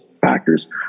factors